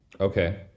Okay